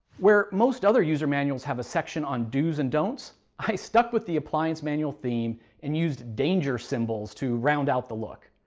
where most other user manuals have a section on do's and don'ts, i stuck with the appliance manual theme and used danger symbols to round out the look.